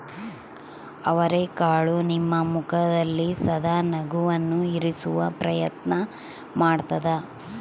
ಅವರೆಕಾಳು ನಿಮ್ಮ ಮುಖದಲ್ಲಿ ಸದಾ ನಗುವನ್ನು ಇರಿಸುವ ಪ್ರಯತ್ನ ಮಾಡ್ತಾದ